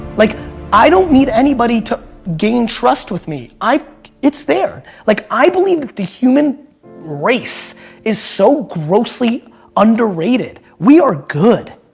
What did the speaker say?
like i don't need anybody to gain trust with me. it's there. like i believe the human race is so grossly under rated. we are good.